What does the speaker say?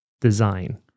design